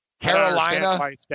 Carolina